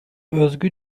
özgü